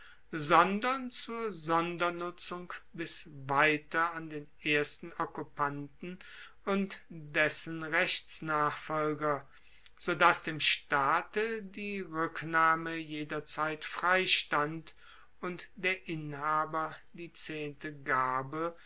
sondern zur sondernutzung bis weiter an den ersten okkupanten und dessen rechtsnachfolger sodass dem staate die ruecknahme jederzeit freistand und der inhaber die zehnte garbe